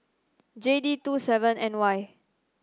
J D two seven N Y